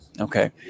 Okay